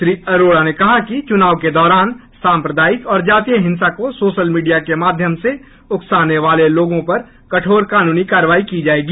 श्री अरोड़ा ने कहा कि चुनाव के दौरान साम्प्रदायिक और जातीय हिंसा को सोशल मीडिया के माध्यम से उकसाने वाले लोगो पर कठोर कानूनी कार्रवाई की जायेगी